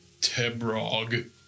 Tebrog